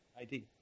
ID